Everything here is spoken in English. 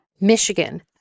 Michigan